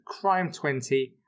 CRIME20